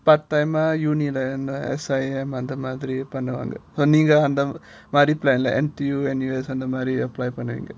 part time uh uni uh under S_I_M அந்த மாதிரி பண்ணுவாங்க நீங்க அந்த மாதிரி:andha madhiri pannuvanga neenga andha madhiri plan lah N_T_U N_U_S அந்த மாதிரி:andha madhiri apply பண்ணுங்க:pannunga